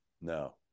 No